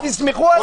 תסמכו עליהם.